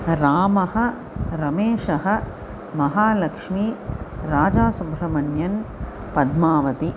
रामः रमेशः महालक्ष्मी राजासुब्रह्मण्यम् पद्मावतिः